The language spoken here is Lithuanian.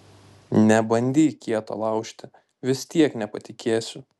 nebandyk kieto laužti vis tiek nepatikėsiu